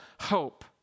hope